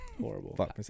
horrible